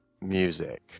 music